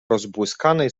rozbłyskanej